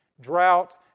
drought